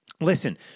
Listen